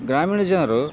ಗ್ರಾಮೀಣ ಜನರು